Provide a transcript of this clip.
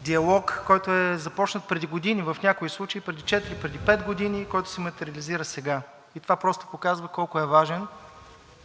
диалог, който е започнат преди години, в някои случаи преди четири, преди пет години, който се материализира сега, и това показва колко е важен